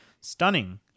stunning